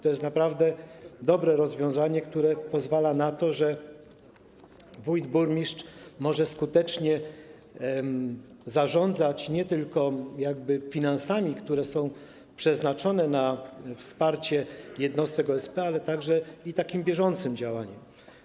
To jest naprawdę dobre rozwiązanie, które pozwala na to, że wójt, burmistrz może skutecznie zarządzać nie tylko finansami, które są przeznaczone na wsparcie jednostek OSP, ale także bieżącym działaniem.